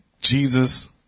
Jesus